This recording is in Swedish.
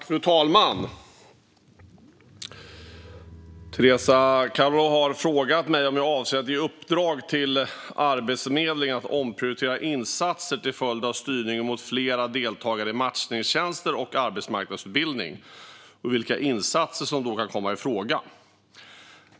Fru talman! Teresa Carvalho har frågat mig om jag avser att ge i uppdrag till Arbetsförmedlingen att omprioritera insatser till följd av styrningen mot fler deltagare i matchningstjänster och arbetsmarknadsutbildning och vilka insatser som då kan komma i fråga.